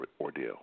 ordeal